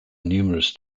numerous